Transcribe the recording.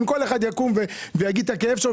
אם כל אחד יקום ויגיד את הכאב שלו,